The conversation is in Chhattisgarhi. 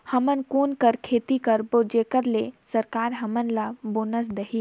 हमन कौन का खेती करबो जेकर से सरकार हमन ला बोनस देही?